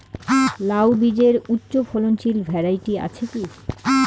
লাউ বীজের উচ্চ ফলনশীল ভ্যারাইটি আছে কী?